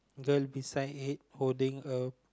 there beside it holding a